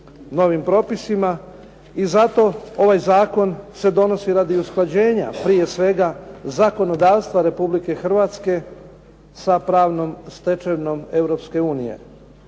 novim propisima i zato ovaj zakon se donosi radi usklađenja prije svega zakonodavstva Republike Hrvatske sa pravnom stečevinom